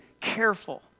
careful